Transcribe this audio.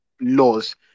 laws